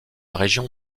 région